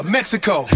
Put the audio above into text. Mexico